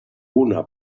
una